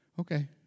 okay